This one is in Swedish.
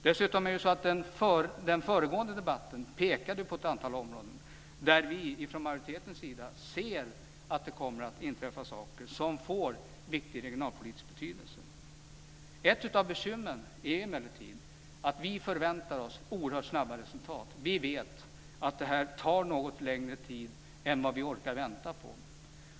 Dessutom pekades det i den föregående debatten på ett antal områden där vi från majoritetens sida ser att det kommer att inträffa saker som får viktig regionalpolitisk betydelse. Ett av bekymren är emellertid att vi förväntar oss oerhört snabba resultat. Vi vet att detta tar något längre tid än vi orkar vänta.